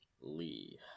Lee